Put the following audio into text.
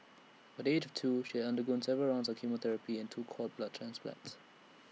by the age of two she had undergone several rounds of chemotherapy and two cord blood transplants